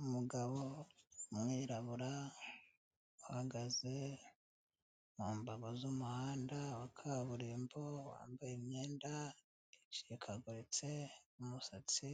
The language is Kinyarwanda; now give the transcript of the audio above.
Umugabo w'umwirabura uhagaze mu mbago z'umuhanda wa kaburimbo, wambaye imyenda icikaguritse, umusatsi